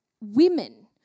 women